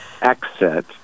exit